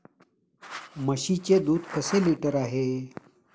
म्हशीचे दूध कसे लिटर आहे?